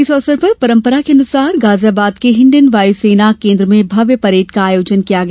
इस अवसर पर परंपरा के अनुरूप गाजियाबाद के हिंडन वायुसेना केन्द्र में भव्य परेड का आयोजन किया गया